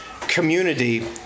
community